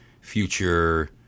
future